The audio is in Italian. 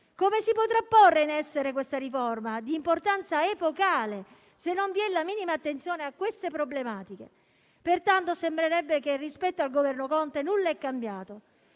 Come si potrà porre in essere questa riforma di importanza epocale se non vi è la minima attenzione a queste problematiche? Pertanto sembrerebbe che, rispetto al Governo Conte, nulla sia cambiato.